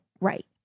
right